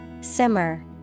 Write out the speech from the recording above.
Simmer